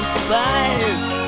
spice